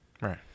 Right